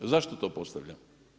A zašto to postavljam?